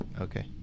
Okay